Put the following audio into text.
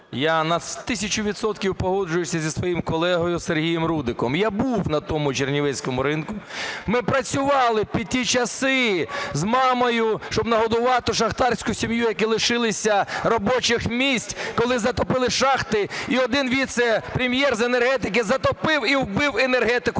я на тисячу відсотків погоджуюся зі своїм колегою Сергієм Рудиком, я був на тому чернівецькому ринку. Ми працювали під ті часи з мамою, щоб нагодувати шахтарську сім'ю, які лишилися робочих місць, коли затопили шахти. І один віце-прем'єр з енергетики затопив і вбив енергетику